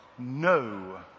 No